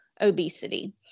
obesity